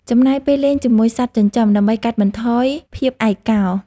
ចំណាយពេលលេងជាមួយសត្វចិញ្ចឹម ដើម្បីកាត់បន្ថយភាពឯកោ។